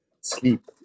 sleep